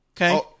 Okay